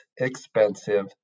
expensive